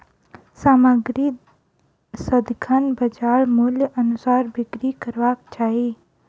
सामग्री सदिखन बजार मूल्यक अनुसार बिक्री करबाक चाही